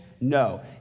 No